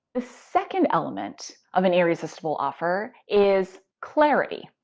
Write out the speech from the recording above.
the second element of an irresistible offer is clarity.